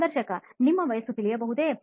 ಸಂದರ್ಶಕ ನಿಮ್ಮ ವಯಸ್ಸು ತಿಳಿಯಬಹುದೇ